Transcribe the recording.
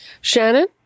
Shannon